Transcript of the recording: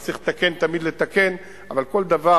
מה שצריך לתקן תמיד לתקן, אבל כל דבר